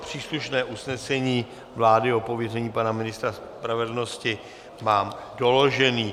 Příslušné usnesení vlády o pověření pana ministra spravedlnosti mám doložené.